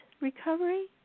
recovery